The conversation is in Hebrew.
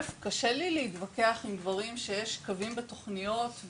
קשה לי להתווכח עם דברים שיש קווים בתוכניות,